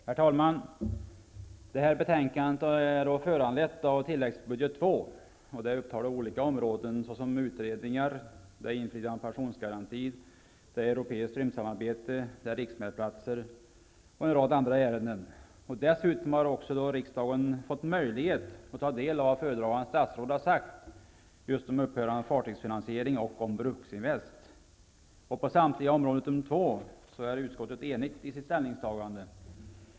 Herr talman! Det här betänkandet är föranlett av tilläggsbudget II, och där upptas olika områden, såsom utredningar, infriande av pensionsgaranti, europeiskt rymdsamarbete, riksmätplatser och en rad andra ärenden. Dessutom har riksdagen fått möjlighet att ta del av vad föredragande statsrådet har sagt just om upphörande av nämnden för fartygsfinansiering och om Bruksinvest. På samtliga områden utom två är utskottet enigt i sitt ställningstagande.